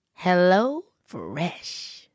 HelloFresh